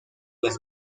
las